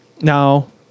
Now